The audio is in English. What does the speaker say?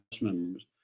members